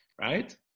right